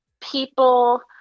people